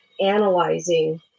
analyzing